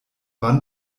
wann